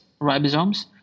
ribosomes